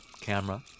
camera